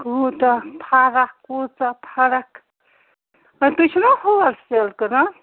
کوٗتاہ فرَکھ کٍژاہ فرَکھ وۅنۍ تُہۍ چھِو نا ہول سٮ۪ل کٕنان